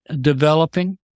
developing